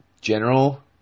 General